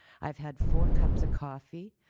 i've had four cups of coffee.